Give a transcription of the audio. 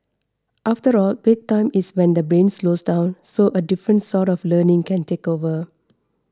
after all bedtime is when the brain slows down so a different sort of learning can take over